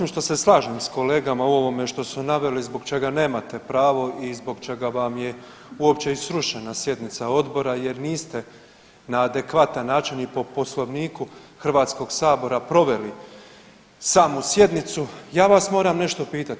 Osim što se slažem s kolegama u ovome što su naveli zbog čega nemate pravo i zbog čega vam je uopće i srušena sjednica odbora jer niste na adekvatan način i po poslovniku HS-a proveli samu sjednicu, ja vas moram nešto pitati.